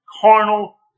carnal